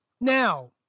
Now